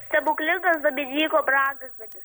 stebuklingas dominyko brangakmenis